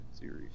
series